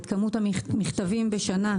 את כמות המכתבים בשנה,